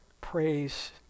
Praise